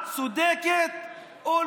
אני אוסיף לך, איימן.